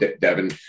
Devin